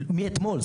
מאתמול,